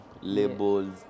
labels